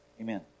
Amen